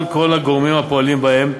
על כל הגורמים הפועלים בהם,